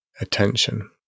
attention